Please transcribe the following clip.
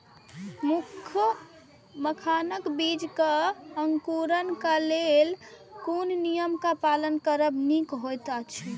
मखानक बीज़ क अंकुरन क लेल कोन नियम क पालन करब निक होयत अछि?